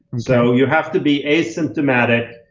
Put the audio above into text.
so you have to be asymptomatic.